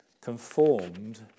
conformed